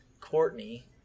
courtney